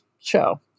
show